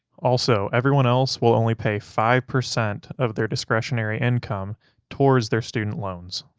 also, everyone else will only pay five percent of their discretionary income towards their student loans.